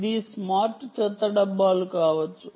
ఇది స్మార్ట్ చెత్త డబ్బాలు కావచ్చు